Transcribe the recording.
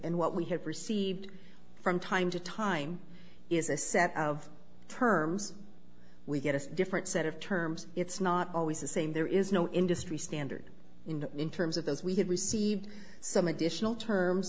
and what we have received from time to time is a set of terms we get a different set of terms it's not always the same there is no industry standard in terms of those we have received some additional terms